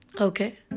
Okay